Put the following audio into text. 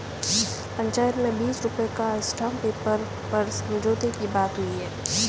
पंचायत में बीस रुपए का स्टांप पेपर पर समझौते की बात हुई है